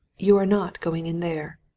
you are not going in there.